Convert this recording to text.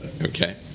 okay